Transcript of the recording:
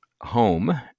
home